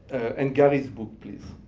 and gary's book, please.